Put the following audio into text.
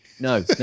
no